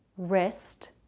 wrist,